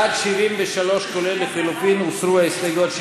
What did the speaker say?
עד 73, כולל לחלופין, הוסרו ההסתייגויות.